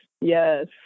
yes